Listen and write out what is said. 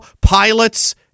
pilots